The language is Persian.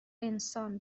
انسان